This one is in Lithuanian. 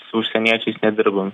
su užsieniečiais nedirbam